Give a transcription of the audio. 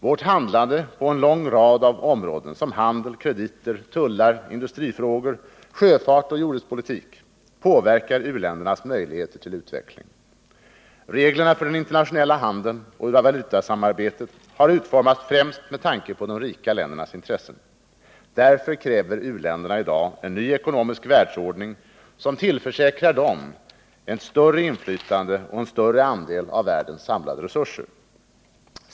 Vårt handlande på en lång rad av områden såsom handel, krediter, tullar, industri, sjöfart och jordbrukspolitik påverkar u-ländernas möjligheter till utveckling. Reglerna för den internationella handeln och valutasamarbetet har utformats främst med tanke på de rika ländernas intressen. Därför kräver u-länderna i dag en ny ekonomisk världsordning, som tillförsäkrar dem ett större inflytande och en större andel av de samlade resurserna i världen.